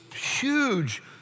huge